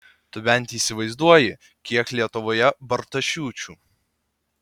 tu bent įsivaizduoji kiek lietuvoje bartašiūčių